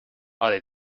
are